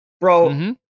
bro